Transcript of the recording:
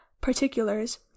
particulars